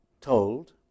told